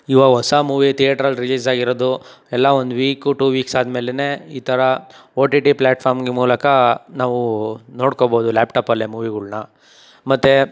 ಇವಾಗ ಹೊಸ ಮೂವಿ ಥಿಯೇಟ್ರಲ್ಲಿ ರಿಲೀಸ್ ಆಗಿರೋದು ಎಲ್ಲ ಒಂದು ವೀಕು ಟೂ ವೀಕ್ಸ್ ಆದ್ಮೇಲೇನೆ ಈ ಥರ ಒ ಟಿ ಟಿ ಫ್ಲಾಟ್ಫಾರ್ಮ್ಗೆ ಮೂಲಕ ನಾವು ನೊಡ್ಕೊಬೋದು ಲ್ಯಾಪ್ಟಾಪಲ್ಲೆ ಮೂವಿಗಳ್ನ ಮತ್ತು